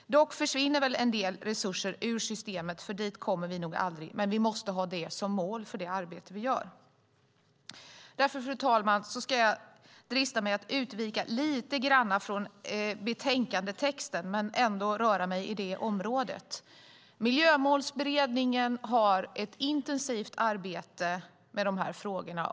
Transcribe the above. Dock försvinner en del resurser ur systemet. Det kommer vi nog aldrig att kunna förhindra, men vi måste ha det som mål för det arbete vi gör. Därför, fru talman, dristar jag mig till att utvika lite grann från betänkandetexten men ändå röra mig i det området. Miljömålsberedningen har gjort och gör ett intensivt arbete med dessa frågor.